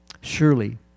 Surely